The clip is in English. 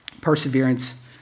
perseverance